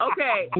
Okay